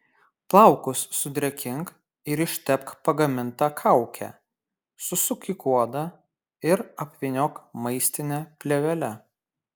plaukus sudrėkink ir ištepk pagaminta kauke susuk į kuodą ir apvyniok maistine plėvele